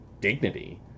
dignity